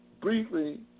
briefly